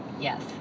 yes